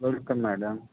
welcome madam